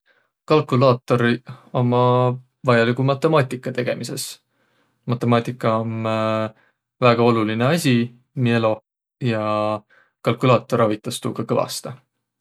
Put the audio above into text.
Kalkulaatoriq ummaq vajaliguq matõmaatiga tegemises. Matõmaatiga om väega olulinõ asi miiq eloh ja kalkulaator avitas tuuga kõvastõ.